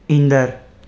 ईंदड़ु